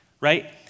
right